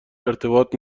ارتباط